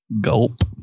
gulp